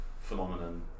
phenomenon